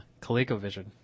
ColecoVision